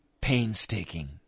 painstaking